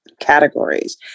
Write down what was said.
categories